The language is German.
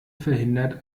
verhindert